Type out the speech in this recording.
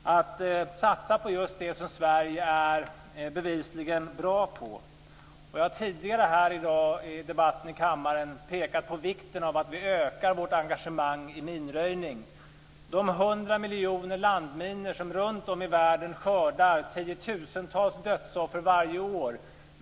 Man skall satsa på det som Sverige bevisligen är bra på. Jag har tidigare i dag i debatten här i kammaren pekat på vikten av att vi ökar vårt engagemang i minröjningen. 100 miljoner landminor runt om i världen skördar tiotusentals liv varje år.